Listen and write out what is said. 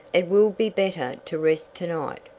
it will be better to rest to-night.